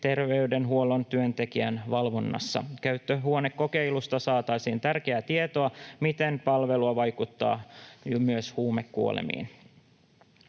terveydenhuollon työntekijän valvonnassa. Käyttöhuonekokeilusta saataisiin tärkeää tietoa siitä, miten palvelu vaikuttaa myös huumekuolemiin.